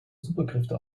superkräfte